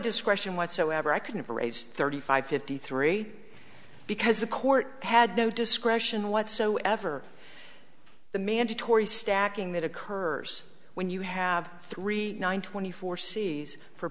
discretion whatsoever i couldn't raise thirty five fifty three because the court had no discretion whatsoever the mandatory stacking that occurs when you have three hundred twenty four season for